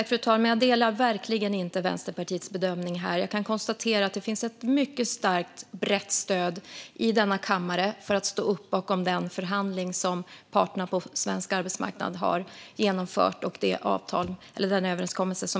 Fru talman! Jag delar verkligen inte Vänsterpartiets bedömning. Jag kan konstatera att det finns ett mycket starkt och brett stöd i denna kammare för att stå upp bakom den förhandling som parterna på svensk arbetsmarknad har genomfört och den tecknade överenskommelsen.